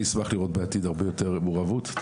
אשמח לראות בעתיד הרבה יותר מעורבות בפן הזה,